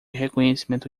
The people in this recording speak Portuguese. reconhecimento